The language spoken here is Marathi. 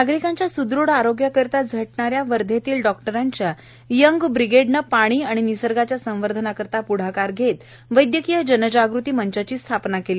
नागरिकांच्या स्दृढ आरोग्याकरिता झटणाऱ्या वध्यातील डॉक्टरांच्या यंग ब्रिगष्ठनं पाणी आणि निसर्गाच्या संवर्धनाकरिता प्ढाकार घत्त वैद्यकीय जनजागृती मंचाची स्थापना कली